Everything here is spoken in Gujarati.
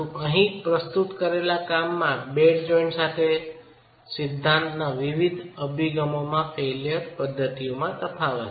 અહી પ્રસ્તુત કરેલા કામમાં બેડ જોઈન્ટ સાથેના સિદ્ધાંતના વિવિધ અભિગમોમાં ફેઇલ્યર પદ્ધતિમાં તફાવત છે